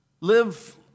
Live